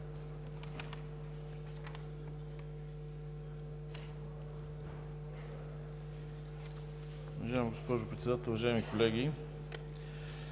Уважаема госпожо Председател, уважаеми народни